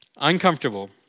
Uncomfortable